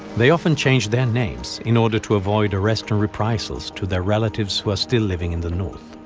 they often change their names in order to avoid arrest and reprisals to their relatives who are still living in the north.